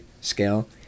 scale